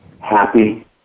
happy